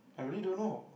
I really don't know